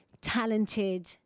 talented